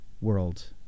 world